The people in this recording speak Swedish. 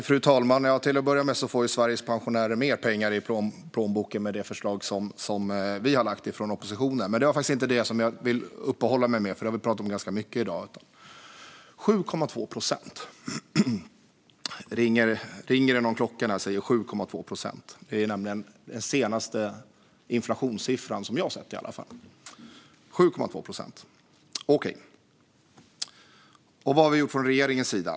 Fru talman! Till att börja med får Sveriges pensionärer mer pengar i plånboken med det förslag som vi från oppositionen har lagt. Men det var inte detta jag ville uppehålla mig vid. 7,2 procent - ringer det någon klocka när jag säger den siffran? 7,2 procent är nämligen den senaste inflationssiffra som jag har sett. Vad har man då gjort från regeringens sida?